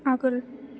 आगोल